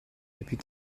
depuis